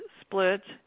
split